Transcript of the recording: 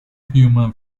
human